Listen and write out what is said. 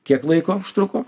kiek laiko užtruko